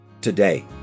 today